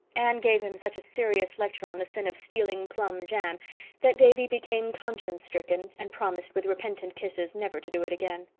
anne gave him such a serious lecture on the sin of stealing plum jam that davy became conscience stricken and promised with repentant kisses never to do it again.